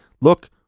look